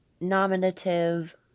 nominative